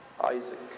Isaac